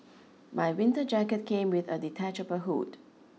my winter jacket came with a detachable hood